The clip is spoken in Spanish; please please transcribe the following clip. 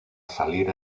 salir